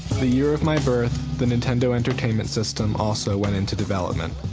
the year of my birth the nintendo entertainment system also went into development.